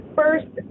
first